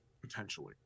potentially